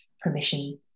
permission